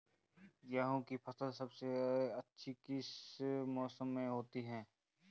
गेंहू की फसल सबसे अच्छी किस मौसम में होती है?